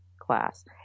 class